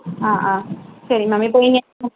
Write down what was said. ஆ ஆ சரி மேம் இப்போது நீங்கள் ம்